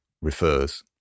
refers